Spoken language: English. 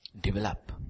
develop